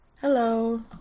hello